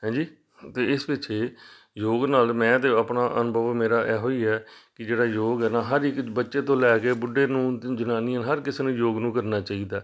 ਹੈਂਜੀ ਅਤੇ ਇਸ ਵਿੱਚ ਯੋਗ ਨਾਲ ਮੈਂ ਤਾਂ ਆਪਣਾ ਅਨੁਭਵ ਮੇਰਾ ਇਹੋ ਹੀ ਹੈ ਕਿ ਜਿਹੜਾ ਯੋਗ ਹੈ ਨਾ ਹਰ ਇੱਕ ਬੱਚੇ ਤੋਂ ਲੈ ਕੇ ਬੁੱਢੇ ਨੂੰ ਜਨਾਨੀਆਂ ਹਰ ਕਿਸੇ ਨੂੰ ਯੋਗ ਨੂੰ ਕਰਨਾ ਚਾਹੀਦਾ